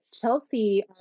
Chelsea